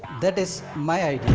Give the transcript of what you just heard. that is my